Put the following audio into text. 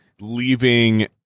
leaving